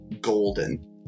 golden